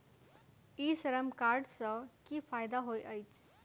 ई श्रम कार्ड सँ की फायदा होइत अछि?